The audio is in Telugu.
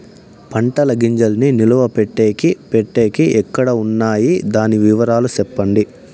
పంటల గింజల్ని నిలువ పెట్టేకి పెట్టేకి ఎక్కడ వున్నాయి? దాని వివరాలు సెప్పండి?